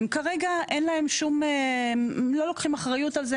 כרגע הם לא לוקחים אחריות על זה.